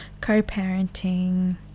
co-parenting